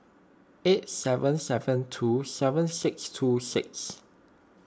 eight seven seven two seven six two six